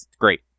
great